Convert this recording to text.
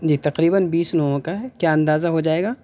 جی تقریباً بیس لوگوں کا ہے کیا اندازہ ہو جائے گا